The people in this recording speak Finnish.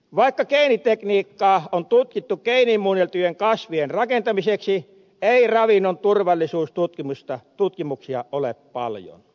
vaikka geenitekniikkaa on tutkittu geenimuunneltujen kasvien rakentamiseksi ei ravinnon turvallisuustutkimuksia ole paljon